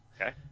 Okay